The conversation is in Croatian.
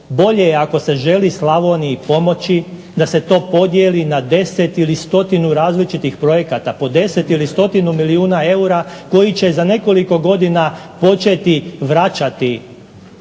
bolje je ako se želi Slavoniji pomoći da se to podijeli na 10 ili stotinu različitih projekata, po 10 ili stotinu milijuna eura koji će za nekoliko godina početi vraćati